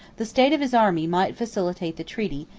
the state of his army might facilitate the treaty,